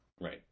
right